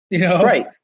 Right